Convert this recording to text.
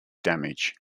damage